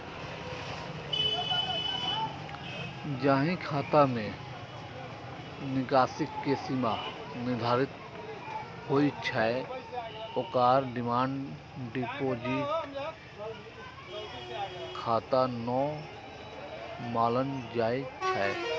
जाहि खाता मे निकासी के सीमा निर्धारित होइ छै, ओकरा डिमांड डिपोजिट खाता नै मानल जाइ छै